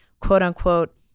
quote-unquote